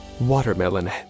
Watermelon